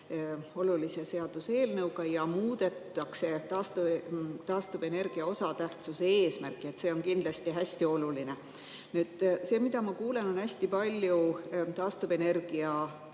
olulise seaduseelnõuga. Muudetakse taastuvenergia osatähtsuse eesmärki, mis on kindlasti hästi oluline. See, et ma kuulen hästi palju taastuvenergia